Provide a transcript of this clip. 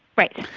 right.